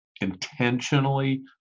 intentionally